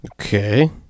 Okay